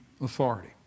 authority